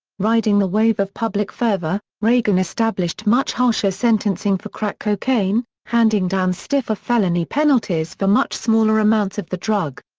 riding the wave of public fervor, reagan established much harsher sentencing for crack cocaine, handing down stiffer felony penalties for much smaller amounts of the drug.